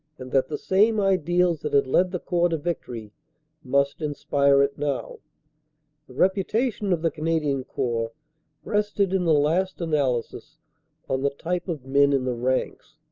and that the same ideals that had led the corps to victory must inspire it now. the reputation of the canadian corps rested in the last analysis on the type of men in the ranks.